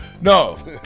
no